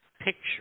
picture